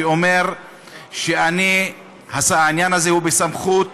שאומר שהעניין הזה הוא בסמכות